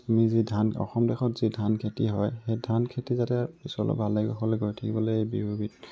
আমি যি ধান অসম দেশত যি ধান খেতি হয় সেই ধান খেতি যাতে পিছলে ভালে কুশলে গৈ থাকিবলৈ এই বিহুবিধ